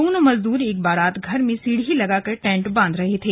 दोनों मजदूर एक बारात घर में सीढ़ी लगाकर टैंट बांध रहे थे